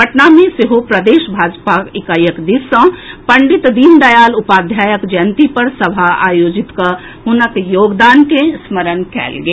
पटना मे सेहो प्रदेश भाजपा इकाईक दिस सॅ पंडित दीनदयाल उपाध्यायक जयंती पर सभा आयोजित कऽ हुनक योगदान के स्मरण कएल गेल